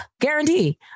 guarantee